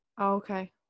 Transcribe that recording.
Okay